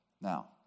Now